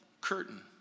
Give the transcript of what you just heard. curtain